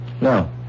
No